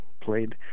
played